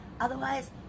Otherwise